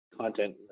content